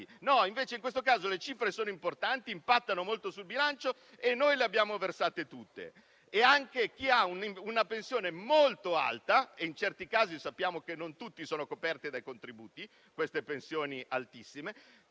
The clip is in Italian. Invece in questo caso le cifre sono importanti, impattano molto sul bilancio e noi le abbiamo versate tutte. Anche chi ha una pensione molto alta - in certi casi sappiamo che non tutte sono coperte dai contributi - ha avuto una parte